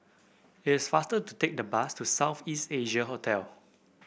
it's faster to take the bus to South East Asia Hotel